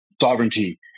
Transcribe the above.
sovereignty